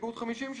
הסתייגות 50: